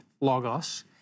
logos